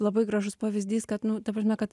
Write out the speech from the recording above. labai gražus pavyzdys kad nu ta prasme kad